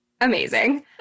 amazing